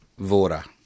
Vora